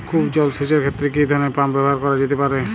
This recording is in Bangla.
কূপ জলসেচ এর ক্ষেত্রে কি ধরনের পাম্প ব্যবহার করা যেতে পারে?